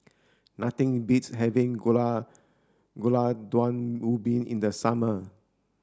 nothing beats having Gulai Gulai Daun Ubi in the summer